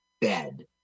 bed